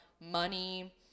money